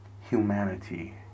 humanity